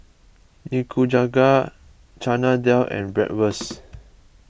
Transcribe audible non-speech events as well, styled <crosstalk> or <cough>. Nikujaga Chana Dal and Bratwurst <noise>